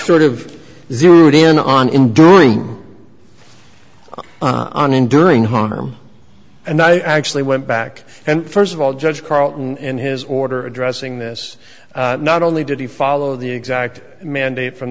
hort of zeroed in on enduring an enduring harm and i actually went back and first of all judge carlton and his order addressing this not only did he follow the exact mandate from